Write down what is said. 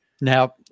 Now